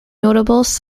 notables